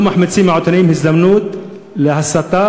לא מחמיצים העיתונאים הזדמנות להסתה.